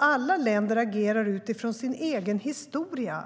Alla länder agerar utifrån sin egen historia.